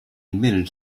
admitted